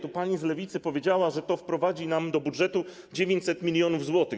Tu pani z Lewicy powiedziała, że to wprowadzi nam do budżetu dodatkowe 900 mln zł.